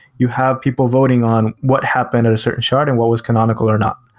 you have people voting on what happened at a certain shard and what was canonical or not,